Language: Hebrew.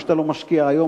מה שאתה לא משקיע היום,